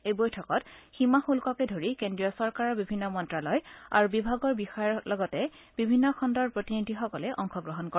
এই বৈঠকত সীমা শুষ্ককে ধৰি কেন্দ্ৰীয় চৰকাৰৰ বিভিন্ন মন্তালয় আৰু বিভাগৰ বিষয়াৰ লগতে বিভিন্ন খণুৰ প্ৰতিনিধিসকলে অংশ গ্ৰহণ কৰে